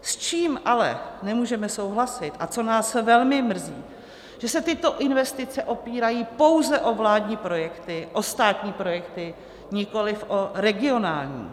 S čím ale nemůžeme souhlasit a co nás velmi mrzí, že se tyto investice opírají pouze o vládní projekty, o státní projekty, nikoliv o regionální.